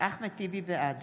בעד